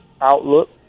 outlook